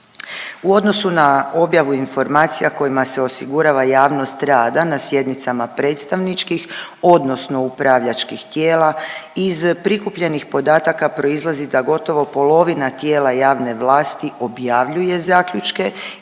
U odnosu na objavu informacija kojima se osigurava javnost rada na sjednicama predstavničkih odnosno upravljačkih tijela iz prikupljenih podataka proizlazi da gotovo polovina tijela javne vlasti objavljuje zaključke